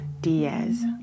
Diaz